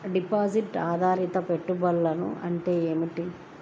Deposit ఆధారిత పెట్టుబడులు అంటే ఏమిటి?